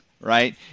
right